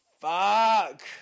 Fuck